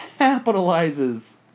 capitalizes